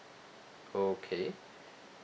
okay